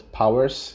powers